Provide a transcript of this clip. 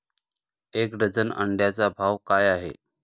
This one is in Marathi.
एक डझन अंड्यांचा भाव काय आहे?